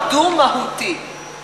דו-מהותי.